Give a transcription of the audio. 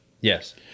yes